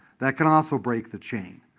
that can also break the chain.